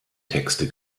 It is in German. texte